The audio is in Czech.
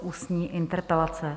Ústní interpelace